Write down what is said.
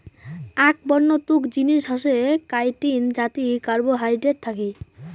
আক বন্য তুক জিনিস হসে কাইটিন যাতি কার্বোহাইড্রেট থাকি